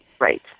Right